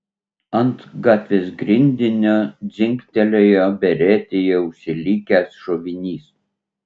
ant gatvės grindinio dzingtelėjo beretėje užsilikęs šovinys